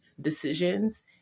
decisions